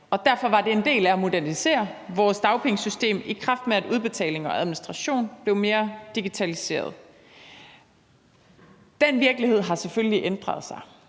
Derfor var det en del af at modernisere vores dagpengesystem, at udbetaling og administration blev mere digitaliseret. Den virkelighed har selvfølgelig ændret sig